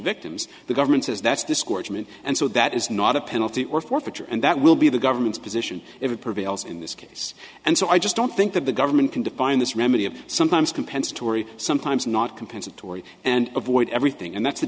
victims the government says that's discouragement and so that is not a penalty or forfeiture and that will be the government's position if it prevails in this case and so i just don't think that the government can define this remedy of sometimes compensatory sometimes not compensatory and avoid everything and that's the